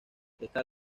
esta